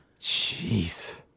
Jeez